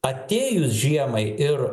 atėjus žiemai ir